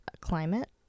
climate